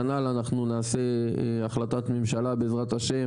כנ"ל אנחנו נעשה החלטת ממשלה בעזרת ה',